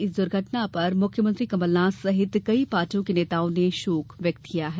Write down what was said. इस दुर्घटना पर मुख्यमंत्री कमलनाथ सहित कई पार्टियों के नेताओं ने शोक व्यक्त किया है